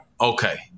Okay